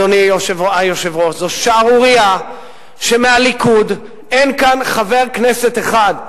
אדוני היושב-ראש: זו שערורייה שמהליכוד אין כאן חבר כנסת אחד.